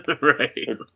Right